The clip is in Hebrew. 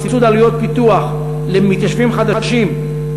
סבסוד עלויות פיתוח למתיישבים חדשים,